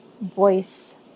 voice